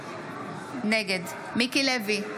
נגד מיקי לוי,